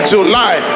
July